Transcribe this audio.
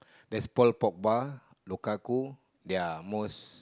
there's pearl pork bar Locacu their most